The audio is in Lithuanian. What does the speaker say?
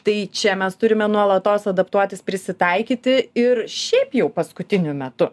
tai čia mes turime nuolatos adaptuotis prisitaikyti ir šiaip jau paskutiniu metu